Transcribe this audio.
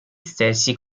stessi